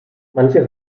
manche